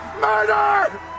Murder